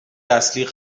اصلی